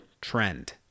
trend